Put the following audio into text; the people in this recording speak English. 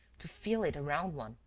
to feel it around one,